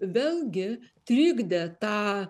vėlgi trikdė tą